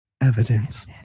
evidence